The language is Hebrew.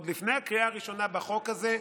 עוד לפני הקריאה הראשונה בחוק הזה,